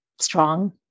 strong